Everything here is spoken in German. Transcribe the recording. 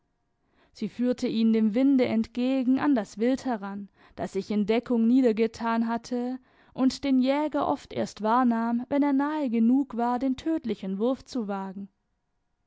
sie führte ihn dem winde entgegen an das wild heran das sich in deckung niedergetan hatte und den jäger oft erst wahrnahm wenn er nahe genug war den tödlichen wurf zu wagen